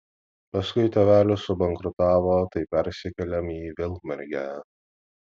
paskui tėvelis subankrutavo tai persikėlėm į vilkmergę